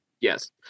yes